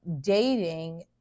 dating